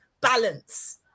balance